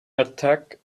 attack